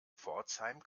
pforzheim